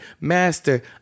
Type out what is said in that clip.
Master